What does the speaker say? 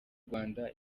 rwanda